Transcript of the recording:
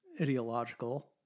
ideological